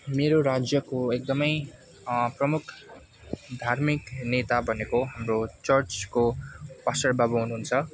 मेरो राज्यको एकदमै प्रमुख धर्मिक नेता भनेको हाम्रो चर्चको पास्टर बाबु हुनुहुन्छ